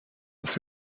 است